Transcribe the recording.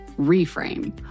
Reframe